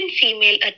female